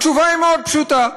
התשובה היא מאוד פשוטה: